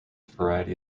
variety